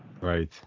Right